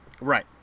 Right